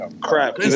Crap